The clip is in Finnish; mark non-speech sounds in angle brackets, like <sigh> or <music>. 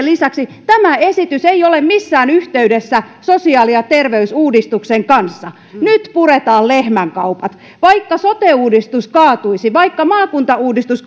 <unintelligible> lisäksi tämä esitys ei ole missään yhteydessä sosiaali ja terveysuudistukseen nyt puretaan lehmänkaupat vaikka sote uudistus kaatuisi vaikka maakuntauudistus <unintelligible>